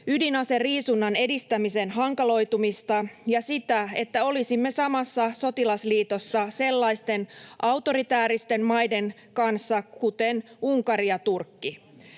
ydinaseriisunnan edistämisen hankaloitumista ja sitä, että olisimme samassa sotilasliitossa sellaisten autoritääristen maiden kanssa, kuten Unkari ja Turkki.